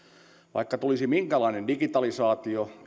vaikka tulisi minkälainen digitalisaatio